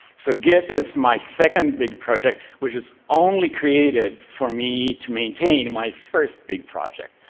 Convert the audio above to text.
so git is my second big project, which was only created for me to maintain my first big project.